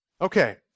Okay